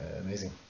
amazing